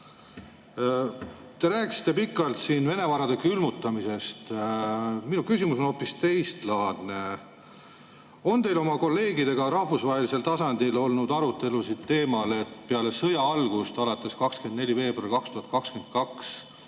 Te rääkisite pikalt Vene varade külmutamisest. Minu küsimus on hoopis teistlaadne. On teil oma kolleegidega rahvusvahelisel tasandil olnud arutelusid teemal, et peale sõja algust, alates 24. veebruarist 2022